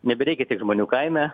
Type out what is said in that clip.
nebereikia tiek žmonių kaime